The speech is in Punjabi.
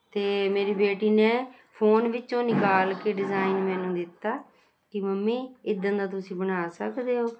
ਅਤੇ ਮੇਰੀ ਬੇਟੀ ਨੇ ਫੋਨ ਵਿੱਚੋਂ ਨਿਕਾਲ ਕੇ ਡਿਜ਼ਾਈਨ ਮੈਨੂੰ ਦਿੱਤਾ ਕਿ ਮੰਮੀ ਇੱਦਾਂ ਦਾ ਤੁਸੀਂ ਬਣਾ ਸਕਦੇ ਹੋ